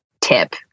tip